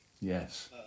Yes